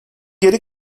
geri